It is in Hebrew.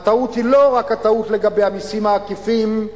הטעות היא לא רק הטעות לגבי המסים העקיפים,